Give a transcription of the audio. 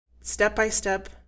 step-by-step